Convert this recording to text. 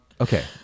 okay